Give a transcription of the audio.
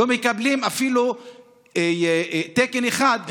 לא מקבלים אפילו תקן אחד,